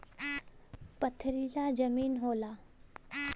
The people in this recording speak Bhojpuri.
पथरीला जमीन होला